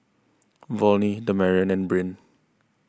Volney Damarion and Brynn